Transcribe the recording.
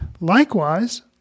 Likewise